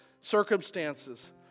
circumstances